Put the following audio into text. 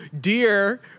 dear